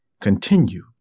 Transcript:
Continue